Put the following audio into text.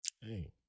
Hey